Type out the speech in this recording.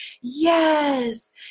Yes